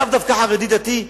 לאו דווקא חרדי דתי,